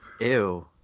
Ew